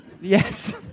Yes